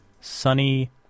sunny